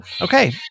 Okay